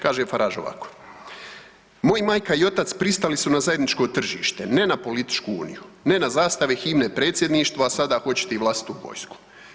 Kaže Farage ovako: „Moji majka i otac pristali su na zajedničko tržište, ne na političku Uniju, ne na zastave, himne, predsjedništva, sada hoćete i vlastitu vojsku.